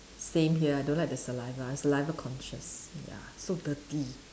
same here I don't like the saliva I saliva conscious ya so dirty